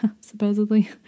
supposedly